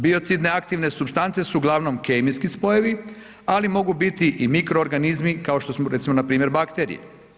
Biocidne aktivne supstance su uglavnom kemijski spojevi, ali mogu biti i mikroorganizmi kao što su recimo npr. bakterije.